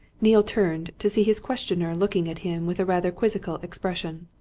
neale turned to see his questioner looking at him with a rather quizzical expression.